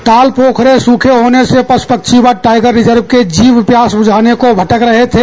ताल पोखर सूखे होने से पशु पक्षी व टाइगर रिजर्व के जीव प्यास बुझाने को भटक रहे थे